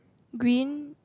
green